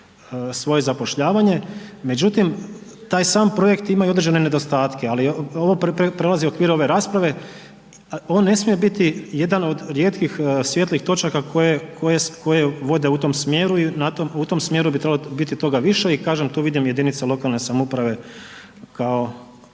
svoje zapošljavanje. Međutim, taj sam projekt ima i određene nedostatke, ali ovo prelazi okvir ove rasprave. On ne smije biti jedan od rijetkih svijetlih točaka koje vode u tom smjeru i u tom smjeru bi trebalo biti toga više i kažem tu vidim jedinice lokalne samouprave kao